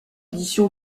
édition